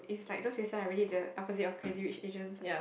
it's like those places are really the opposite of Crazy Rich Asians